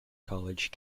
college